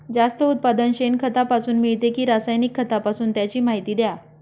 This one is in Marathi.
जास्त उत्पादन शेणखतापासून मिळते कि रासायनिक खतापासून? त्याची माहिती द्या